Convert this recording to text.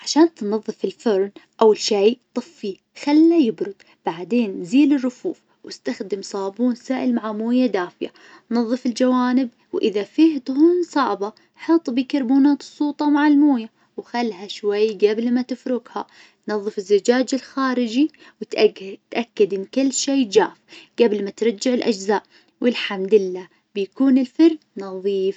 عشان تنظف الفرن أول شي طفيه خله يبرد بعدين زيل الرفوف واستخدم صابون سائل مع مويه دافية، نظف الجوانب وإذا فيه دهون صعبة حط بيكربونات الصودا مع الموية وخلها شوي قبل ما تفركها. نظف الزجاج الخارجي واتأك- اتأكد إن كل شي جاف قبل ما ترجع الأجزاء، والحمد لله بيكون الفرن نظيف.